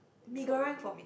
Mee-Goreng for me